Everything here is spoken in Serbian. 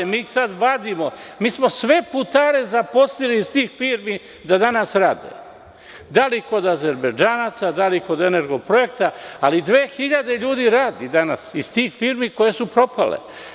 Mi smo sve putare iz tih firmi zaposlili da danas rade, da li kod Azerbedžanaca, da li kod „Energoprojekta“, ali 2.000 ljudi radi danas iz tih firmi koje su propale.